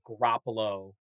Garoppolo